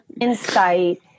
Insight